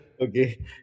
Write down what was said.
okay